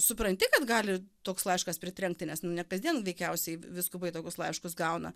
supranti kad gali toks laiškas pritrenkti nes ne kasdien veikiausiai vyskupai tokius laiškus gauna